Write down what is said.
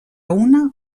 una